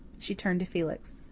she turned to felix.